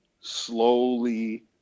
slowly